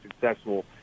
successful